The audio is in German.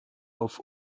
auf